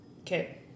Okay